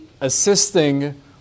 assisting